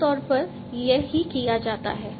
आमतौर पर यह ही किया जाता है